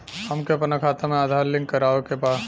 हमके अपना खाता में आधार लिंक करावे के बा?